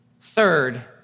Third